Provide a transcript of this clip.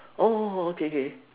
oh okay K